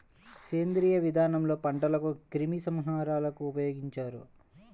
సేంద్రీయ విధానంలో పంటలకు క్రిమి సంహారకాలను ఉపయోగించరు